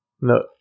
No